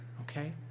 Okay